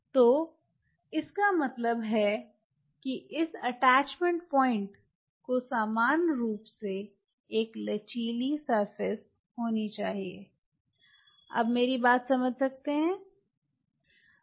तो इसका मतलब है कि इस अटैचमेंट पॉइंट को समान रूप से एक लचीली सरफेस होना चाहिए आप मेरी बात समझ सकते हैं